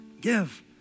Give